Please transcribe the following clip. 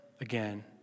again